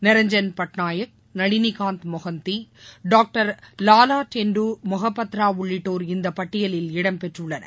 Niranjan Patnaik Nalinishant Mohanty doctor வால்டென்டு மொஹபத்ரா உள்ளிட்டோர் இந்த பட்டியலில் இடம்பெற்றுள்ளனர்